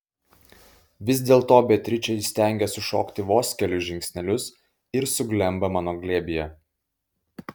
vis dėlto beatričė įstengia sušokti vos kelis žingsnelius ir suglemba mano glėbyje